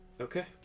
Okay